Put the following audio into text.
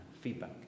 feedback